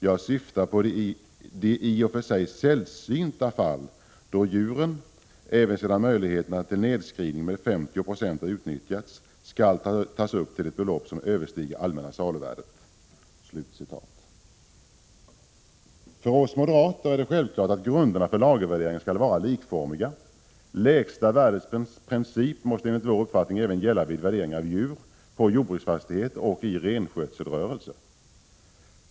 Jag syftar på de i och för sig sällsynta fall då djuren — även sedan möjligheten till nedskrivning med 50 96 har utnyttjats — skall tas upp till ett belopp som överstiger allmänna saluvärdet.” För oss moderater är det självklart att grunderna för lagervärdering skall vara likformiga. Lägsta värdets princip måste enligt vår uppfattning även gälla vid värdering av djur på jordbruksfastighet och i renskötselrörelse.